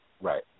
Right